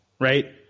right